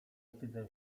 wstydzę